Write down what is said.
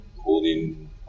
holding